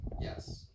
Yes